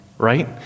right